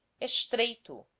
estreito